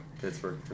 Pittsburgh